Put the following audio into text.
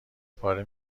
پاره